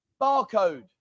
Barcode